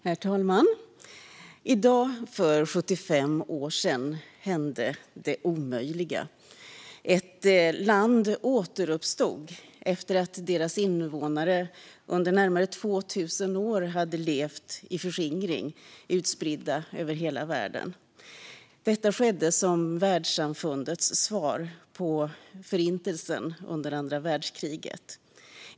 Herr talman! I dag för 75 år sedan hände det omöjliga; ett land återuppstod efter det att dess invånare under närmare 2 000 år hade levt i förskingring, utspridda över hela världen. Detta skedde som världssamfundets svar på Förintelsen under andra världskriget.